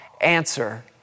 answer